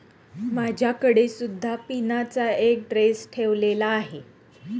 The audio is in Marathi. माझ्याकडे सुद्धा पिनाचा एक ड्रेस ठेवलेला आहे